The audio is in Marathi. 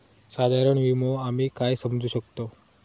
साधारण विमो आम्ही काय समजू शकतव?